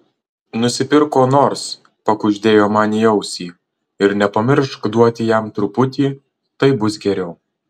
nusipirk ko nors pakuždėjo man į ausį ir nepamiršk duoti jam truputį taip bus geriau